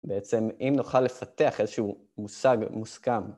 בעצם אם נוכל לפתח איזשהו מושג מוסכם